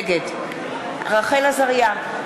נגד רחל עזריה,